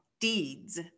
deeds